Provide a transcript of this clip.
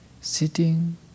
sitting